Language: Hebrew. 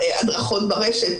הדרכות ברשת,